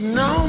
no